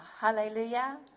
Hallelujah